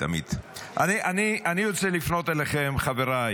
אני רוצה לפנות אליכם, חבריי